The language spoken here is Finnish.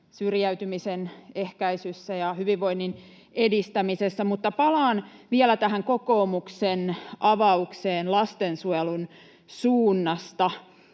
syrjäytymisen ehkäisyssä ja hyvinvoinnin edistämisessä. Palaan vielä kokoomuksen avaukseen lastensuojelun suunnasta.